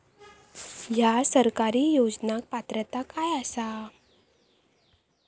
हया सरकारी योजनाक पात्रता काय आसा?